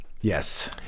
yes